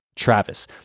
Travis